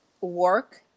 work